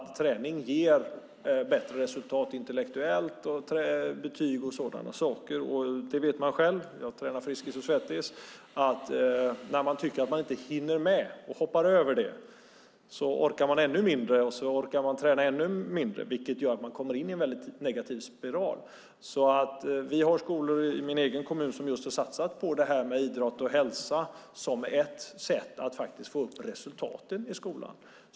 Träning ger bättre resultat intellektuellt och påverkar betyg och sådana saker. Det vet jag själv, som tränar på Friskis & Svettis. När man tycker att man inte hinner med och hoppar över det orkar man ännu mindre, och så orkar man träna ännu mindre. Man kommer in i en negativ spiral. Vi har skolor i min egen kommun som har satsat på idrott och hälsa som ett sätt att få upp resultaten i skolan.